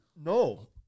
No